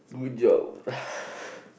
good job